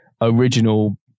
Original